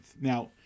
Now